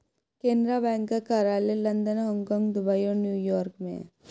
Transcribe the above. Canara bank का कार्यालय London Hong Kong Dubai और न्यू यॉर्क में है